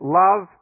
love